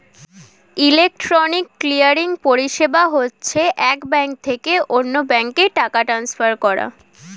electronic clearing পরিষেবা হচ্ছে এক ব্যাঙ্ক থেকে অন্য ব্যাঙ্কে টাকা ট্রান্সফার করা